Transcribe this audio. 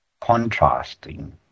contrasting